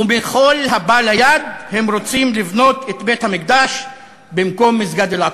ומכל הבא ליד הם רוצים לבנות את בית-המקדש במקום מסגד אל-אקצא.